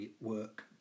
work